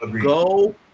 Go